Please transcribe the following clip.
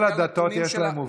כל הדתות, יש להן עובדות.